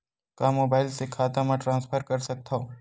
का मोबाइल से खाता म ट्रान्सफर कर सकथव?